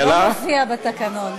זה לא מופיע בתקנון.